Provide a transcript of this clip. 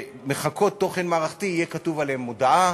שמחקות תוכן מערכתי, יהיה כתוב עליהן "מודעה",